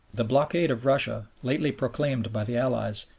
the blockade of russia, lately proclaimed by the allies,